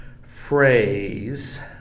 phrase